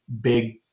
big